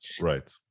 Right